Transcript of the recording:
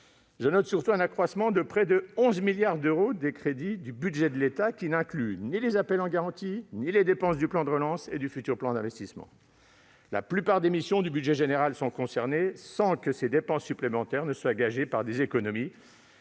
je note surtout un accroissement de près de 11 milliards d'euros des crédits du budget de l'État, qui n'inclut ni les appels en garantie ni les dépenses du plan de relance et du futur plan d'investissement. La plupart des missions du budget général sont concernées, sans que ces dépenses supplémentaires soient gagées par des économies,